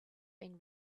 been